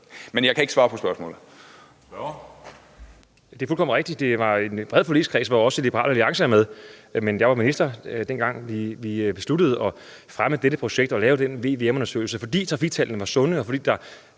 Magnus Heunicke (S): Det er fuldstændig rigtigt, at det er en bred forligskreds, som også Liberal Alliance er med i. Men jeg var minister, dengang vi besluttede at fremme dette projekt og lave den VVM-undersøgelse, fordi trafiktallene var sunde, og fordi det